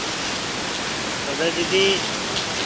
ᱛᱚᱵᱮ ᱫᱤᱫᱤ